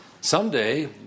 Someday